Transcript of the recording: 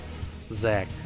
Zach